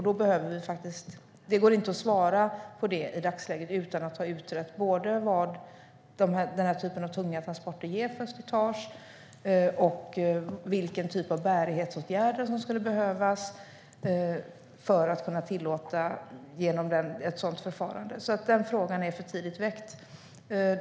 Det går inte att svara på det i dagsläget utan att ha utrett både vad den här typen av tunga transporter ger för slitage och vilken typ av bärighetsåtgärder som skulle behövas för att kunna tillåta ett sådant förfarande. Den frågan är för tidigt väckt.